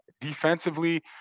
defensively